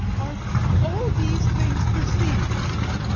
are all these things perceiv'd in me?